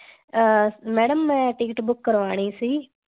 madam ਮੈਂ ticket book ਕਰਵਾਉਣੀ ਸੀ